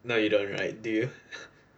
no you don't right do you